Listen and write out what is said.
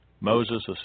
Moses